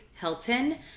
Hilton